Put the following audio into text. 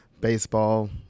baseball